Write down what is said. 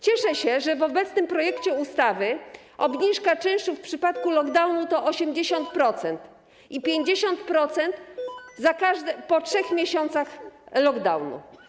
Cieszę się, że w obecnym projekcie ustawy obniżka czynszów w przypadku lockdownu to 80%, 50% po 3 miesiącach lockdownu.